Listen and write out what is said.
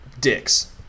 dicks